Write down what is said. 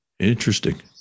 Interesting